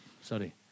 sorry